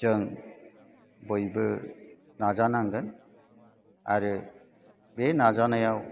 जों बयबो नाजानांगोन आरो बे नाजानायाव